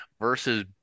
versus